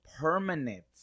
permanent